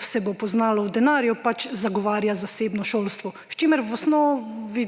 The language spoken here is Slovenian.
se bo poznalo v denarju –, pač zagovarja zasebno šolstvo. S čimer v osnovni